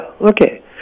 okay